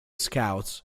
scouts